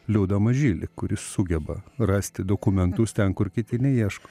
liudą mažylį kuris sugeba rasti dokumentus ten kur kiti neieško